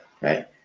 Right